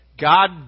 God